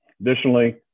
Additionally